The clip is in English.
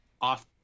off